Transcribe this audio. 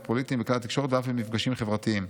פוליטיים בכלי התקשורת ואף במפגשים חברתיים.